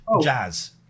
jazz